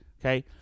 okay